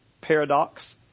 paradox